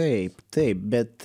taip taip bet